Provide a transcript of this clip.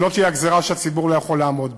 שלא תהיה גזירה שהציבור לא יכול לעמוד בה.